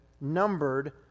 numbered